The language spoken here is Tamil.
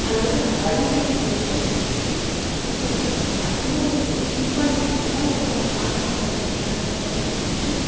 அதை வந்து அழிக்கமுடியாது எப்படி சொல்வது அது வந்து ஒரு இம்பார்ட்டன்ஸ் ஏன்னா ஒருத்தவங்க சாதனை படைச்சாங்க ஒருத்தவங்க வந்து